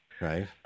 right